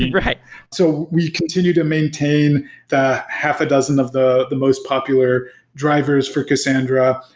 yeah so, we continue to maintain the half a dozen of the the most popular drivers for cassandra.